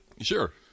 sure